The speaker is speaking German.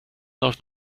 läuft